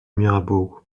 mirabeau